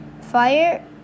fire